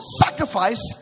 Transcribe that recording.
sacrifice